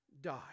die